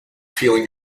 feeling